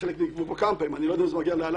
חלק נגבו כבר כמה פעמים אני לא יודע אם זה מגיע לאלפים,